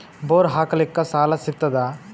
Bore ಹಾಕಲಿಕ್ಕ ಸಾಲ ಸಿಗತದ?